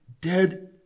dead